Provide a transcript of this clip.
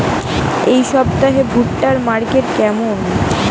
এই সপ্তাহে ভুট্টার মার্কেট কেমন?